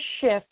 shift